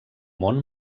món